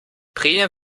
prämien